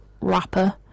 rapper